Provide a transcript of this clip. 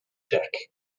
deck